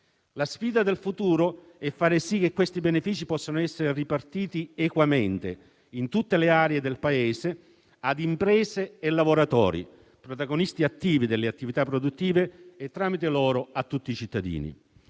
La sfida del futuro è far sì che questi benefici possano essere ripartiti equamente, in tutte le aree del Paese, a imprese e lavoratori, protagonisti attivi delle attività produttive, e tramite loro a tutti i cittadini.